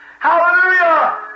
Hallelujah